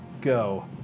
go